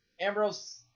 Ambrose